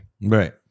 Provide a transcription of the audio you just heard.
Right